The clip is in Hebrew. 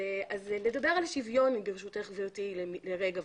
נדבר על שוויון לרגע,